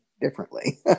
differently